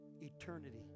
eternity